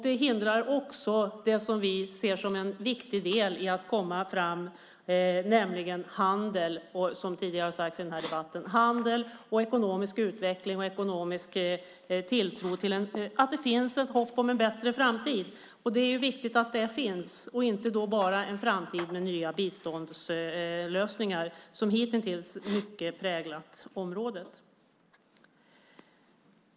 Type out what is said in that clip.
Det hindrar också handel, ekonomisk utveckling och tilltron till framtiden. Det är viktigt att det finns ett hopp, och då inte bara om en framtid med nya biståndslösningar, som hitintills i mycket har präglat området.